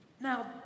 Now